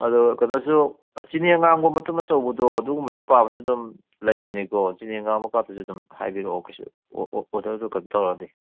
ꯑꯗꯣ ꯀꯩꯅꯣꯁꯨ ꯆꯤꯅꯤ ꯑꯉꯥꯡꯕ ꯃꯇꯨꯝ ꯑꯆꯧꯕꯗꯣ ꯑꯗꯨꯒꯨꯝꯕꯁꯨ ꯃꯥꯝꯃꯁꯨ ꯑꯗꯨꯝ ꯂꯩꯕꯅꯦꯀꯣ ꯆꯤꯅꯤ ꯑꯉꯥꯡꯕꯀꯥꯗꯨꯁꯨ ꯑꯗꯨꯝ ꯍꯥꯏꯕꯤꯔꯛꯑꯣ ꯀꯩꯁꯨ ꯑꯣꯔꯗꯔꯗꯣ ꯀꯩꯅꯣ ꯇꯧꯔꯗꯤ